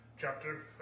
chapter